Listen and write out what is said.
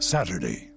Saturday